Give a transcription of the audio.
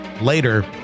later